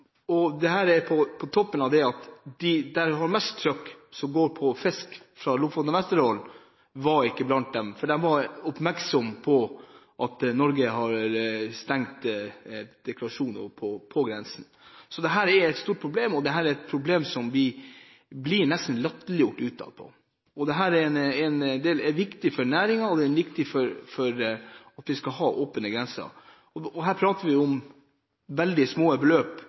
og det ble stående 54 vogntog på norsk side og 22 på svensk side. Dette skapte trafikale problemer, og det skapte problemer for dem som måtte vente. De med fisk fra Lofoten og Vesterålen – der det var mest trykk – var ikke blant dem, for de var oppmerksom på at Norge hadde stengt for deklarasjon på grensen den tiden. Dette er et stort problem, og vi blir nesten latterliggjort utad. Det er viktig for næringen at vi har åpne grenser, og vi snakker om veldig små beløp